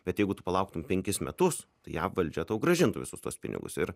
bet jeigu tu palauktum penkis metus tai jav valdžia tau grąžintų visus tuos pinigus ir